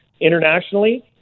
internationally